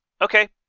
Okay